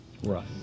Right